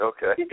Okay